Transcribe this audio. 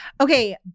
Okay